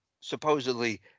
supposedly